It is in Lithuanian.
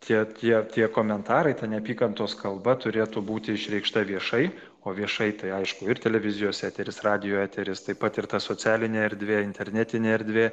kiek jie tie komentarai ta neapykantos kalba turėtų būti išreikšta viešai o viešai tai aišku ir televizijos eteris radijo eteris taip pat ir ta socialinė erdvė internetinė erdvė